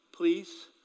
please